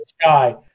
sky